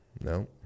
No